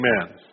Amen